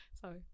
Sorry